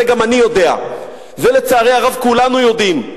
את זה גם אני יודע, את זה לצערי הרב כולנו יודעים.